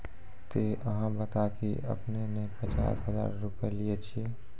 ते अहाँ बता की आपने ने पचास हजार रु लिए छिए?